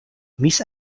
miss